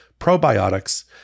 probiotics